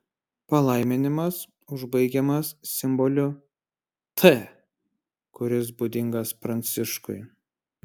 palaiminimas užbaigiamas simboliu t kuris būdingas pranciškui